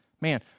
Man